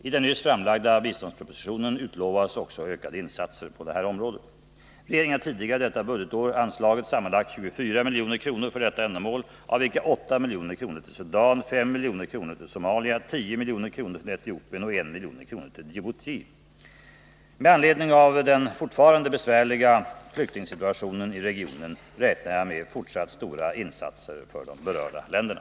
I den nyss framlagda biståndspropositionen utlovas också ökade insatser på detta område. Regeringen har tidigare detta budgetår anslagit sammanlagt 24 milj.kr. för detta ändamål, av vilka 8 milj.kr. till Sudan, 5 milj.kr. till Somalia, 10 milj.kr. till Etiopien och 1 milj.kr. till Djibouti. Med anledning av den fortfarande besvärliga flyktingsituationen i regionen räknar jag med fortsatta stora insatser för de berörda länderna.